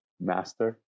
master